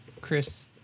Chris